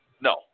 No